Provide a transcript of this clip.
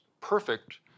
perfect